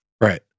Right